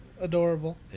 adorable